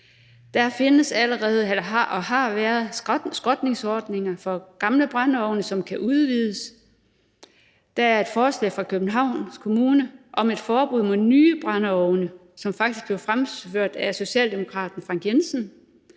og findes allerede skrotningsordninger for gamle brændeovne, som kan udvides. Der er et forslag fra Københavns Kommune om et forbud mod nye brændeovne, som faktisk er fremført af socialdemokraten Frank Jensen.